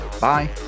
Bye